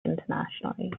internationally